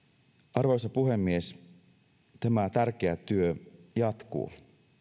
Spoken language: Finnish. arvoisa puhemies tämä tärkeä työ jatkuu